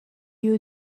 you